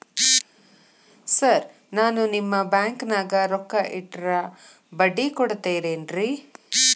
Sir ನಾನು ನಿಮ್ಮ ಬ್ಯಾಂಕನಾಗ ರೊಕ್ಕ ಇಟ್ಟರ ಬಡ್ಡಿ ಕೊಡತೇರೇನ್ರಿ?